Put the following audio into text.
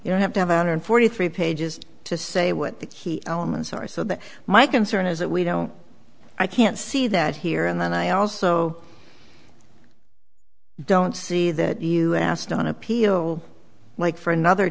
you don't have to have a hundred forty three pages to say what the key elements are so that my concern is that we don't i can't see that here and then i also don't see that you asked on appeal like for another